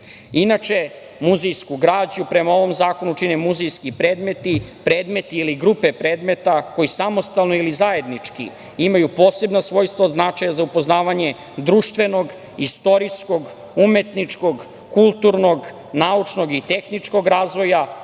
Srbiju. Inače, muzejsku građu prema ovom zakonu čine muzejski predmeti, predmeti ili grupe predmeta koji samostalno ili zajednički imaju posebno svojstvo od značaja za upoznavanje društvenog, istorijskog, umetničkog, kulturnog, naučnog i tehničkog razvoja,